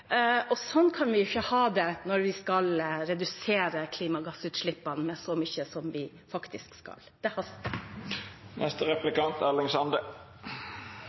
Sånn kan vi ikke ha det når vi skal redusere klimagassutslippene med så mye som vi faktisk skal. Det haster.